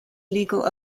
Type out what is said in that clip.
legal